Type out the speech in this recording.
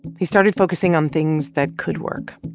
he started focusing on things that could work,